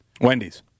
Wendy's